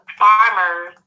farmers